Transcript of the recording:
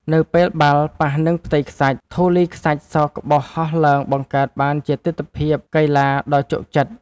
នៅពេលបាល់ប៉ះនឹងផ្ទៃខ្សាច់ ធូលីខ្សាច់សក្បុសហោះឡើងបង្កើតបានជាទិដ្ឋភាពកីឡាដ៏ជក់ចិត្ត។